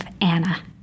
Anna